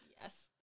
Yes